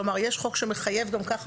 כלומר יש חוק שמחייב כבר ככה,